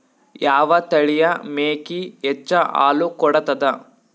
ಯಾವ ತಳಿಯ ಮೇಕಿ ಹೆಚ್ಚ ಹಾಲು ಕೊಡತದ?